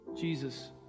Jesus